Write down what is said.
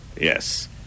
Yes